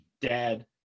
dad